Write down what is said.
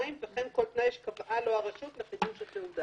וכן כל תנאי שקבעה לו הרשות לחידוש התעודה.